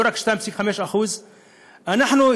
לא רק 2.5%. אנחנו,